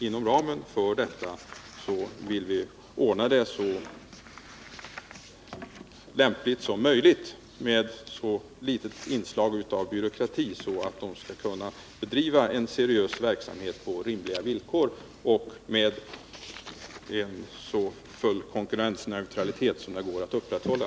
Inom ramen härför vill vi ordna förhållandena så lämpligt och med så små inslag av byråkrati som möjligt, så att de skall kunna bedriva en seriös verksamhet på rimliga villkor och med en så fullständig konkurrensneutralitet som det går att upprätthålla.